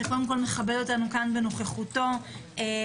שקודם כול מכבד אותנו כאן בנוכחותו בישיבת